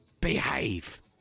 behave